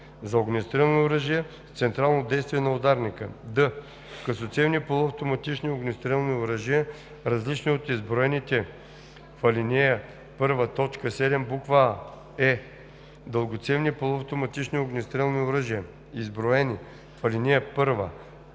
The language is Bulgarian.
за огнестрелни оръжия с централно действие на ударника; д) късоцевни полуавтоматични огнестрелни оръжия, различни от изброените в ал. 1, т. 7, буква „а“; е) дългоцевни полуавтоматични огнестрелни оръжия, изброени в ал. 1, т. 7, буква